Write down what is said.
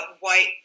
white